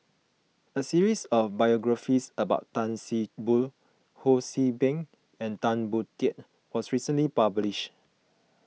a series of biographies about Tan See Boo Ho See Beng and Tan Boon Teik was recently published